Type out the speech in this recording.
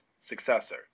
successor